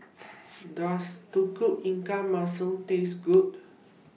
Does Tauge Ikan Masin Taste Good